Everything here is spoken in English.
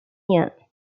year